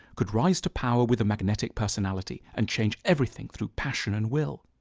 could rise to power with a magnetic personality and change everything through passion and will.